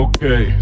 Okay